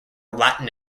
latin